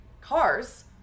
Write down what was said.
cars